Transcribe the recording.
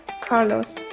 Carlos